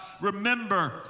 remember